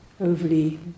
overly